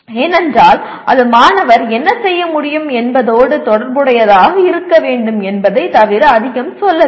ஏனென்றால் அது மாணவர் என்ன செய்ய முடியும் என்பதோடு தொடர்புடையதாக இருக்க வேண்டும் என்பதைத் தவிர அதிகம் சொல்லவில்லை